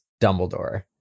Dumbledore